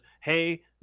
hey